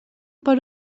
per